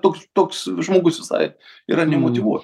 toks toks žmogus visai yra nemotyvuo